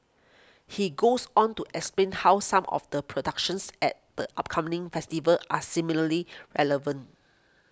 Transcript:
he goes on to explain how some of the productions at the upcoming festival are similarly relevant